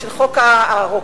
של חוק הרוקחים,